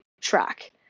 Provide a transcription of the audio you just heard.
track